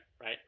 right